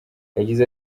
yagize